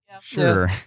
Sure